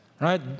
right